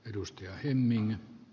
arvoisa puhemies